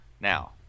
Now